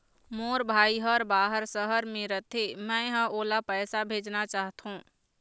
मोर भाई हर बाहर शहर में रथे, मै ह ओला पैसा भेजना चाहथों